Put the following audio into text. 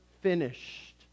finished